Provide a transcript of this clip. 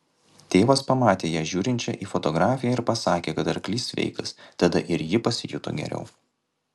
tėvas pamatė ją žiūrinčią į fotografiją ir pasakė kad arklys sveikas tada ir ji pasijuto geriau